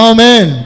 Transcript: Amen